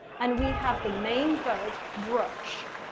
and we have the main verb brush,